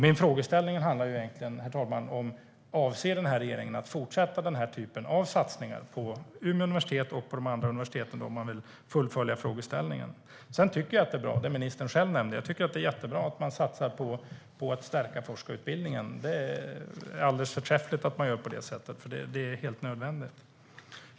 Min frågeställning är egentligen, herr talman: Avser den här regeringen att fortsätta med den här typen av satsningar på Umeå universitet och på de andra universiteten, om man vill fullfölja frågeställningen? Sedan tycker jag att det som ministern själv nämnde är bra. Jag tycker att det är jättebra att man satsar på att stärka forskarutbildningen. Det är alldeles förträffligt att man gör på det sättet, för det är helt nödvändigt.